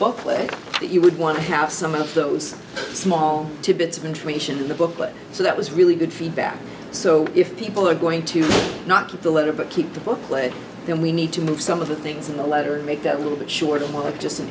booklet that you would want to have some of those small tidbits of information in the booklet so that was really good feedback so if people are going to not get the letter but keep the booklet then we need to move some of the things in the letter and make that little bit shorter more of just an